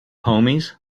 homies